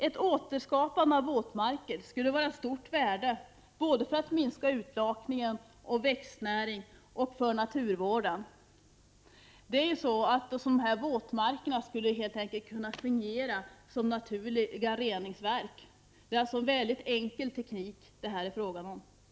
Ett återskapande av våtmarker skulle vara 13 december 1988 avstort värde både för en minskning av utlakningen, för växtnäringen och för Särskilda åtgäi naturvården. Våtmarkerna skulle helt enkelt kunna fungera som naturliga Er 9 Bördenned K ja : anledning av algblomreningsverk. Det är fråga om en enkel teknik.